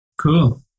Cool